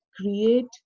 create